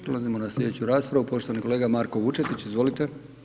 Prelazimo na slijedeću raspravu, poštovani kolega Marko Vučetić, izvolite.